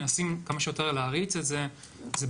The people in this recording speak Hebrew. מנסים כמה שיותר להריץ את זה.